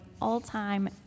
all-time